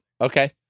Okay